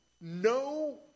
no